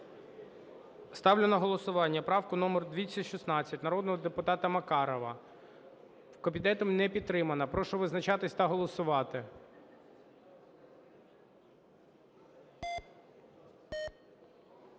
Ставлю на голосування правку 149 народного депутата Мамки. Комітет її підтримав. Прошу визначатися та голосувати.